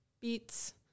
beets